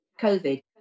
COVID